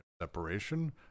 separation